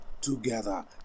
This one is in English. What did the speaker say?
together